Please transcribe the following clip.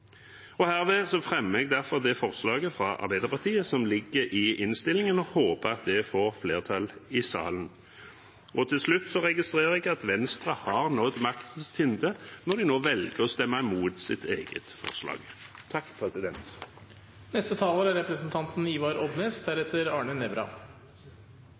jeg ta opp forslaget fra Arbeiderpartiet, Senterpartiet og SV som står i innstillingen, og håper at det får flertall i salen. Til slutt registrerer jeg at Venstre har nådd maktens tinder når de nå velger å stemme imot sitt eget forslag.